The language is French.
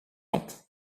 ans